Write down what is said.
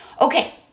Okay